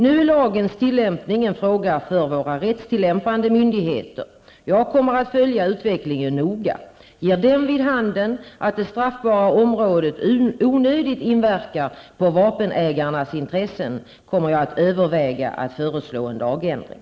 Nu är lagens tillämpning en fråga för våra rättstillämpande myndigheter. Jag kommer att följa utvecklingen noga. Ger den vid handen att det straffbara området onödigt inverkar på vapenägarnas intressen, kommer jag att överväga att föreslå en lagändring.